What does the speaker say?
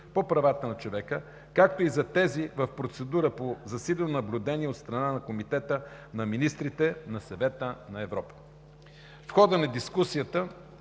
по правата на човека, както и за тези в процедура по засилено наблюдение от страна на Комитета на министрите на Съвета на Европа. В хода на дискусията